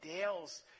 Dale's